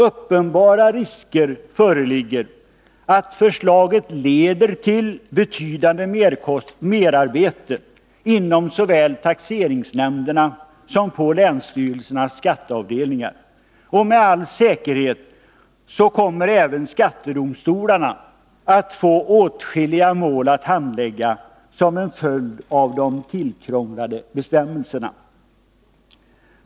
Uppenbara risker föreligger att förslaget leder till betydande merarbete såväl inom taxeringsnämnderna som på länsstyrelsernas skatteavdelningar. Med all säkerhet kommer även skattedomstolarna att få åtskilliga mål att handlägga som en följd av de tillkrånglade bestämmelserna.